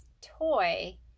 toy